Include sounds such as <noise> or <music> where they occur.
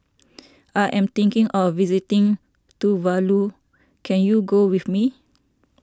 <noise> I am thinking of visiting Tuvalu can you go with me